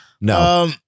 No